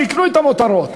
שיקנו את המותרות.